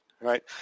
Right